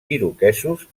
iroquesos